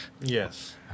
Yes